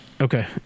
Okay